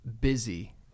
busy